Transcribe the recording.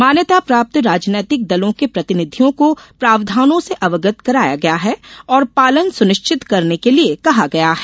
मान्यता प्राप्त राजनैतिक दलों के प्रतिनिधियों को प्रावधानों से अवगत कराया गया है और पालन सुनिश्चित करने के लिये कहा गया है